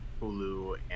Hulu